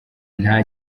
nta